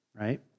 right